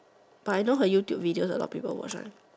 but I know her YouTube videos a lot people watch one